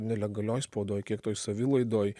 nelegalioj spaudoj kiek toj savilaidoj